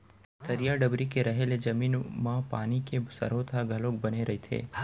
तरिया डबरी के रहें ले जमीन म पानी के सरोत ह घलोक बने रहिथे